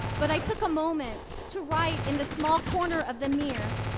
but i took a moment to write in the small corner of the mirror,